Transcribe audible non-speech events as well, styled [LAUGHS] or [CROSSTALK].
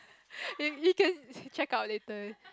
[LAUGHS] you can checkout later